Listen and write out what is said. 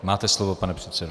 Máte slovo, pane předsedo.